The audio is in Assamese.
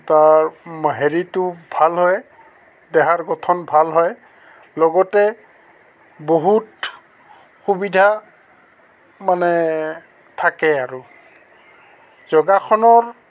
তাৰ হেৰিটো ভাল হয় দেহাৰ গঠন ভাল হয় লগতে বহুত সুবিধা মানে থাকে আৰু যোগাসনৰ